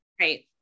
Right